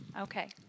Okay